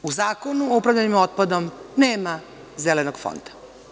U Zakonu o upravljanju otpadom nema Zelenog fonda.